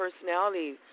personality